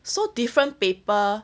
so different paper